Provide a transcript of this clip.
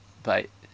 but